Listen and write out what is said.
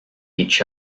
each